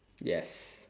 yes